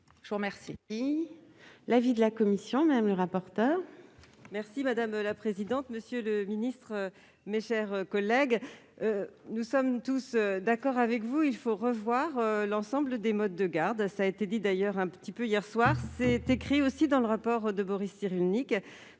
Je vous remercie,